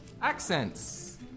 Accents